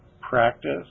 practice